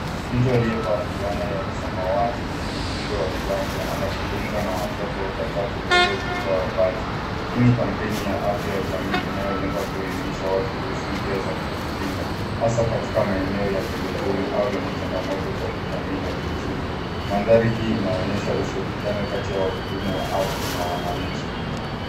Mtu aliyevaa fulana ya samawati yenye ujumbe wa kiafya anazungumza na watoto watatu mbele ya ukuta wa bati. Hii ni kampeni ya afya ya jamii inayolenga kuelimisha watu kuhusu njia za kujikinga hasa katika maeneo ya pembezoni au yenye changamoto za kijamii na kiuchumi. Mandhari hii inaonyesha ushirikiano kati ya wahudumu wa afya na wananchi.